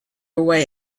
away